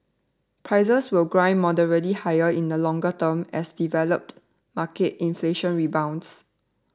prices will grind moderately higher in the longer term as developed market inflation rebounds